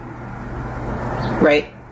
right